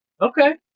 Okay